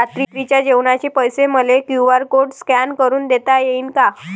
रात्रीच्या जेवणाचे पैसे मले क्यू.आर कोड स्कॅन करून देता येईन का?